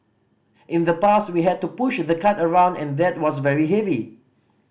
in the past we had to push the cart around and that was very heavy